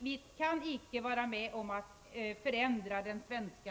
Vi kan icke vara med om att förändra den svenska